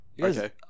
Okay